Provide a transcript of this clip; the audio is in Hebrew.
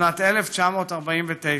בשנת 1949,